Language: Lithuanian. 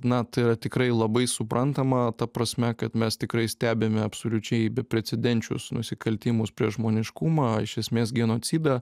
na tai yra tikrai labai suprantama ta prasme kad mes tikrai stebime absoliučiai beprecedenčius nusikaltimus prieš žmoniškumą iš esmės genocidą